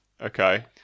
Okay